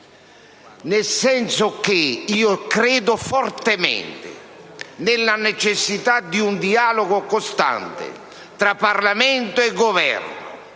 nel senso che io credo fortemente nella necessità di un dialogo costante tra Parlamento e Governo,